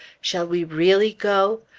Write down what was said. shall we really go?